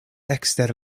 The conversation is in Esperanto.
ekster